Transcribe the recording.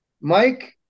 Mike